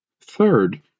Third